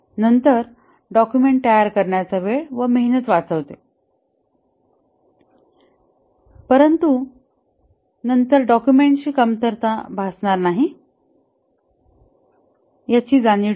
नंतर डॉक्युमेंट तयार करण्याचा वेळ व मेहनत वाचवते परंतु नंतर डॉक्युमेंटची कमतरता भासणार नाही याच जाणीव ठेवा